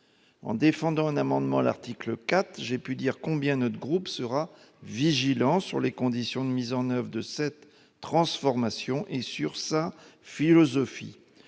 En défendant un amendement à l'article 4, j'ai pu dire combien notre groupe sera vigilant sur les conditions de mise en oeuvre de cette transformation et sur sa philosophie.